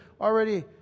already